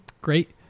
great